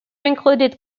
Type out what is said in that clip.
included